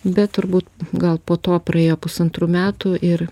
bet turbūt gal po to praėjo pusantrų metų ir